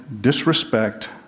disrespect